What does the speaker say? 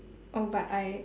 oh but I